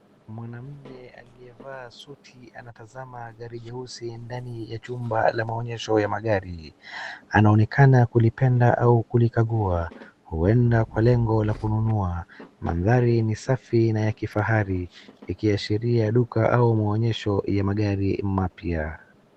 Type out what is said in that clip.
Mwanaume aliyevaa suti anatazama gari jeusi ndani ya chumba ya maonyesho ya magari. Anaonekana kulipenda au kulikagua, huenda kwa lengo la kununua. Mandhari ni safi na ya kifahari, ikiashiria duka au maonyesho ya magari mapya.